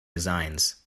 designs